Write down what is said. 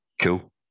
Cool